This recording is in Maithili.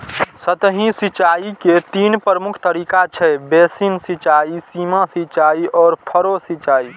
सतही सिंचाइ के तीन प्रमुख तरीका छै, बेसिन सिंचाइ, सीमा सिंचाइ आ फरो सिंचाइ